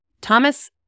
thomas